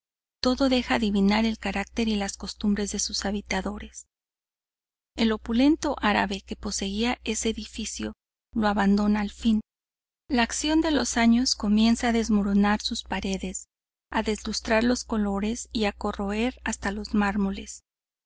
todo deja adivinar el carácter y las costumbres de sus habitadores el opulento árabe que poseía ese edificio lo abandona al fin la acción de los años comienza a desmoronar sus paredes a deslustrar los colores y a corroer hasta los mármoles